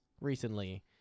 recently